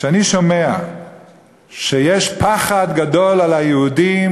כשאני שומע שיש פחד גדול על היהודים